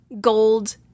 gold